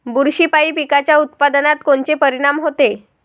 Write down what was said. बुरशीपायी पिकाच्या उत्पादनात कोनचे परीनाम होते?